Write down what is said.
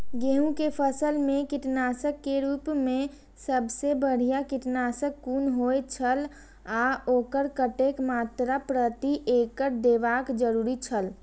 गेहूं के फसल मेय कीटनाशक के रुप मेय सबसे बढ़िया कीटनाशक कुन होए छल आ ओकर कतेक मात्रा प्रति एकड़ देबाक जरुरी छल?